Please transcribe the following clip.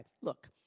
Look